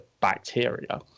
bacteria